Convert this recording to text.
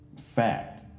fact